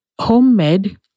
homemade